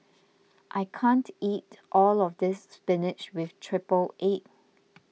I can't eat all of this Spinach with Triple Egg